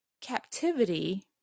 captivity